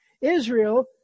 Israel